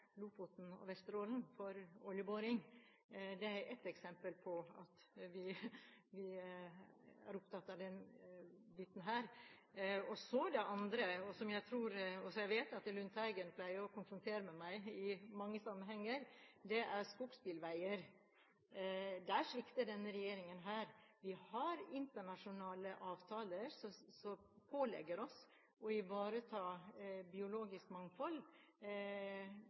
Lofoten og Vesterålen mot oljeboring. Det er ett eksempel på at vi er opptatt av denne biten. Et annet eksempel, som Lundteigen pleier å konfrontere meg med i mange sammenhenger, er skogsbilveier. Der svikter denne regjeringen. Vi har internasjonale avtaler som pålegger oss å ivareta biologisk mangfold.